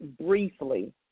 briefly